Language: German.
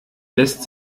lässt